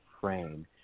frame